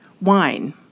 wine